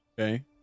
Okay